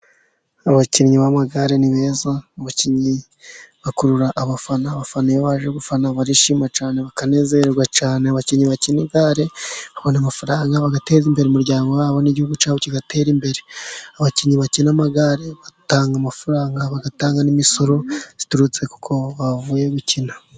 Abakinnyi b'amagare ni beza bakurura abafana. Abafana baje gufana barishima cyane bakanezerwa cyane. Abakinnyi bakina amagare babona amafaranga bagateza imbere umuryango wabo n'igihugu cyabo kigatera imbere. Abakinnyi bakina amagare batanga amafaranga bagatanga n'imisoro iturutse kuko bavuye gukina.